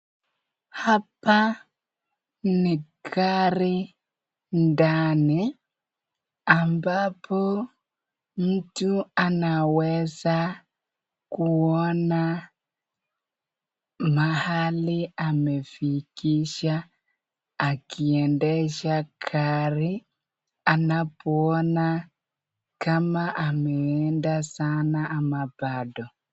Hapa ni gari ndani ambapo mtu anaweza kuona mahali amefikisha akiendesha gari anapoona kama ameenda sana ama bado.